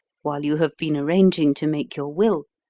while you have been arranging to make your will,